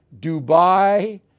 Dubai